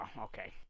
okay